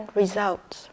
results